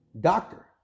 doctor